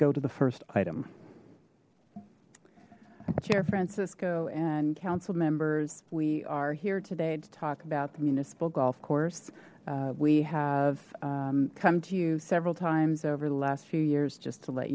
go to the first item chair francisco and council members we are here today to talk about the municipal golf course we have come to you several times over the last few years just to let